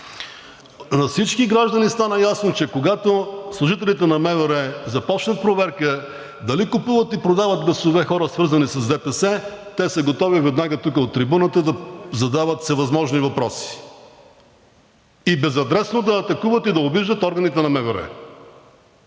На всички граждани стана ясно, че когато служителите на МВР започнат проверка дали купуват и продават гласове хора, свързани с ДПС, те са готови веднага тук от трибуната да задават всевъзможни въпроси и безадресно да атакуват и да обиждат органите на МВР.